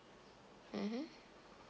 mmhmm